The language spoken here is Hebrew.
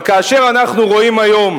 אבל כאשר אנחנו רואים היום